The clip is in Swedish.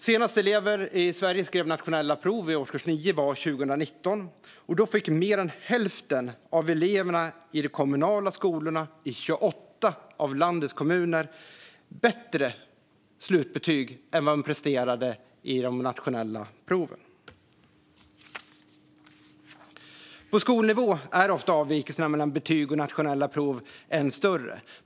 Senast elever i årskurs 9 i Sverige skrev nationella prov var 2019, och då fick mer än hälften av eleverna i de kommunala skolorna i 28 av landets kommuner bättre slutbetyg än vad de presterade vid de nationella proven. På skolnivå är avvikelserna mellan betyg och nationella prov ofta än större.